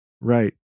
Right